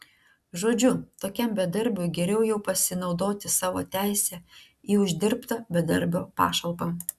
žodžiu tokiam bedarbiui geriau jau pasinaudoti savo teise į užsidirbtą bedarbio pašalpą